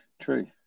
True